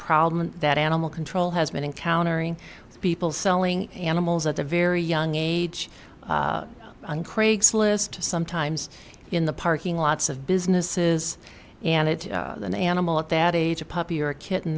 problem that animal control has been encountering people selling animals at a very young age on craigslist sometimes in the parking lots of businesses and it's an animal at that age a puppy or kitten